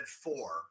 four